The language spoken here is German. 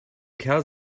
kerl